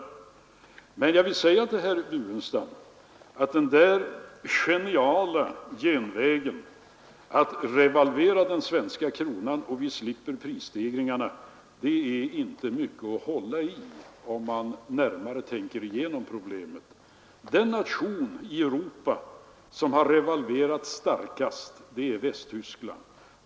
Jag vill emellertid säga till herr Burenstam Linder att den geniala genvägen att revalvera den svenska kronan så att vi slipper prisstegringarna, den är inte mycket att hålla i om man närmare tänker igenom problemet. Den nation i Europa som har revalverat starkast är Västtyskland.